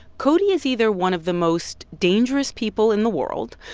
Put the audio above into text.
cody is either one of the most dangerous people in the world,